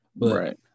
Right